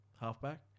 halfback